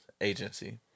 agency